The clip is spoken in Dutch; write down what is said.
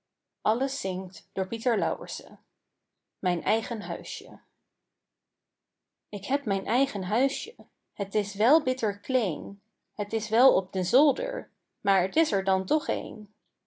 mijn eigen huisje ik heb mijn eigen huisje het is wel bitter kleen het is wel op den zolder maar t is er dan toch een